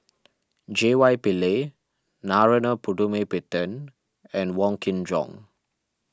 J Y Pillay Narana Putumaippittan and Wong Kin Jong